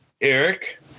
Eric